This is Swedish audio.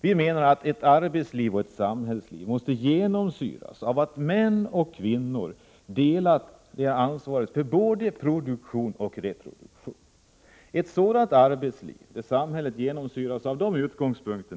Vi menar att arbetslivet och samhällslivet måste genomsyras av att män och kvinnor delar ansvaret för både produktion och reproduktion. Ett sådant arbetsliv får en helt annan funktion än det nuvarande.